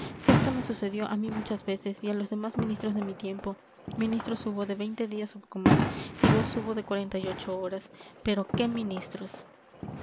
esto me sucedió a mí muchas veces y a los demás ministros de mi tiempo ministros hubo de veinte días o poco más y dos hubo de horas pero qué ministros